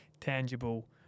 tangible